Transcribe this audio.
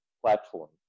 platform